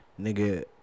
nigga